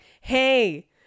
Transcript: hey